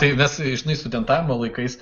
tai mes žinai studentavimo laikais